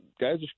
guys